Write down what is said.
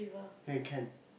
okay can